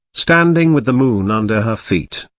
standing with the moon under her feet,